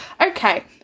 Okay